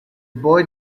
boy